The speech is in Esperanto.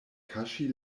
kaŝi